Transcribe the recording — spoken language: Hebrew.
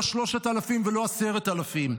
לא 3,000 ולא 10,000,